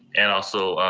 and also,